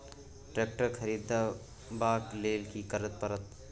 Tractor खरीदबाक लेल की करय परत?